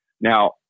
Now